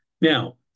Now